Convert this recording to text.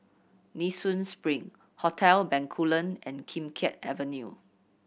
Nee Soon Spring Hotel Bencoolen and Kim Keat Avenue